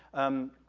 um,